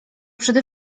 przede